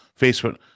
Facebook